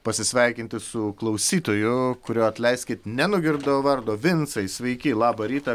pasisveikinti su klausytoju kurio atleiskit nenugirdau vardo vincai sveiki labą rytą